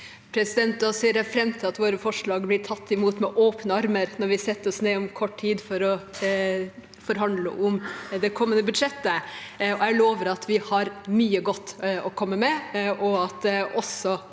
ser jeg fram til at våre forslag blir tatt imot med åpne armer når vi setter oss ned om kort tid for å forhandle om det kommende budsjettet. Jeg lover at vi har mye godt å komme med, og at våre